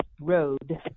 Road